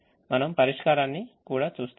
మనం పరిష్కారాన్ని చూస్తాము